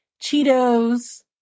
Cheetos